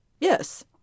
Yes